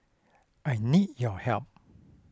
I need your help